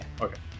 Okay